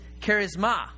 charisma